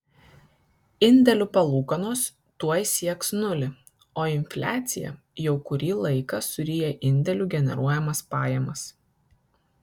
indėlių palūkanos tuoj sieks nulį o infliacija jau kurį laiką suryja indėlių generuojamas pajamas